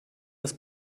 das